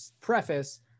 preface